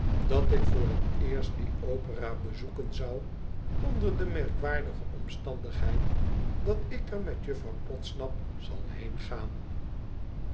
dat ik voor het eerst die opera bezoeken zou onder de merkwaardige omstandigheid dat ik er met jufiouw podsnap zal